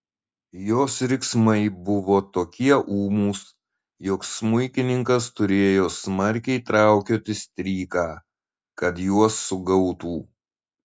jos riksmai buvo tokie ūmūs jog smuikininkas turėjo smarkiai traukioti stryką kad juos sugautų